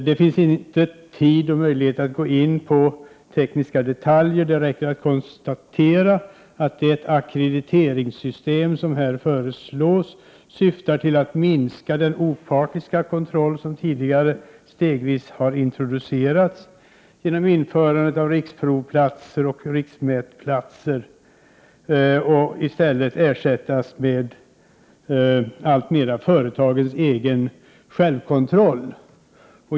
Det finns inte tid och möjlighet att gå in på tekniska detaljer. Det räcker med att konstatera att det ackrediteringssystem som här föreslås syftar till att minska den opartiska kontroll som tidigare stegvis introducerats genom införandet av riksprovplatser och riksmätplatser. Dessa skall nu alltmer ersättas med företagens egen självkontroll.